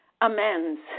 Amends